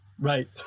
Right